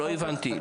לא הבנתי.